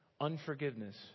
unforgiveness